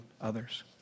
others